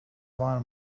var